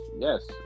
yes